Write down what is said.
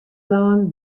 lân